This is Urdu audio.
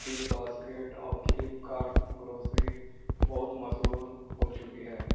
بگ باسکٹ اور فلپ کارٹ گروسری بہت مشہور ہو چکی ہے